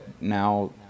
now